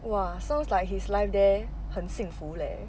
!wah! sounds like his life there 很幸福 leh